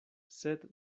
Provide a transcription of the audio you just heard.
sed